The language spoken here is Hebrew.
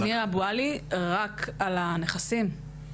אני אבועלי רק על הנכסים.